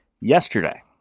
yesterday